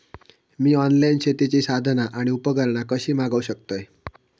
मी online शेतीची साधना आणि उपकरणा कशी मागव शकतय?